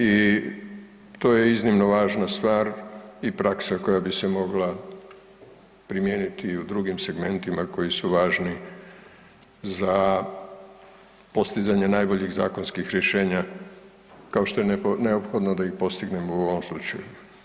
I to je iznimno važna stvar i praksa koja bi se mogla primijeniti i u drugim segmentima koji su važni za postizanje najboljih zakonskih rješenja kao što je neophodno da ih postignemo u ovom slučaju.